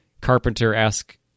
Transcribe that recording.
carpenter-esque